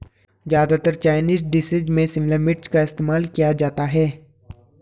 ज्यादातर Chinese dishes में शिमला मिर्च का इस्तेमाल किया जाता है